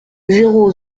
zéro